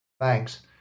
Thanks